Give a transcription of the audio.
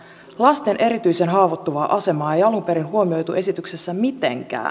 lasten erityisen haavoittuvaa asemaa ei alun perin huomioitu esityksessä mitenkään